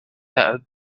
that